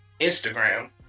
Instagram